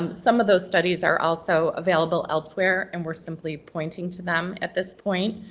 um some of those studies are also available elsewhere and we're simply pointing to them at this point.